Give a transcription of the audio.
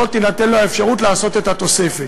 לא תינתן לו אפשרות לעשות את התוספת.